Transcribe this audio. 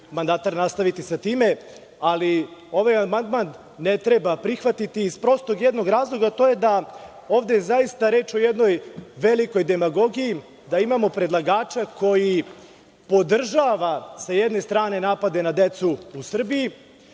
mandatar nastaviti sa time. Ovaj amandman ne treba prihvatiti iz jednog prostog razloga, a to je da je ovde zaista reč o jednoj velikoj demagogiji, da imamo predlagača koji podržava, sa jedne strane, napade na decu u Srbiji,